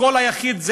הקול היחיד,